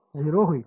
हे 0 होईल